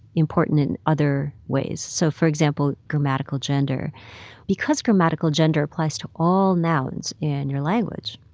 important in other ways. so for example, grammatical gender because grammatical gender applies to all nouns in your language,